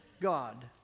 God